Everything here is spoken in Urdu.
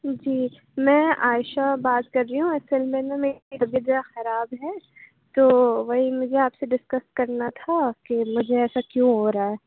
جی میں عائشہ بات کر رہی ہوں اصل میں میری طبیعت ذرا خراب ہے تو وہی مجھے آپ سے ڈسکس کرنا تھا کہ مجھے ایسا کیوں ہو رہا ہے